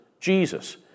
Jesus